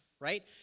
Right